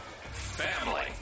family